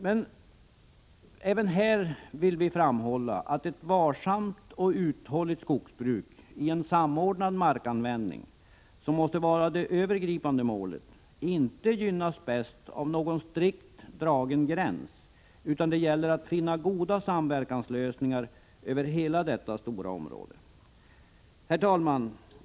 Även i detta sammanhang vill vi framhålla att ett varsamt och uthålligt skogsbruk i en samordnad markanvändning — vilket måste vara det övergripande målet — inte gynnas bäst av någon strikt dragen gräns, utan det gäller att finna goda samverkanslösningar över hela detta stora område. Herr talman!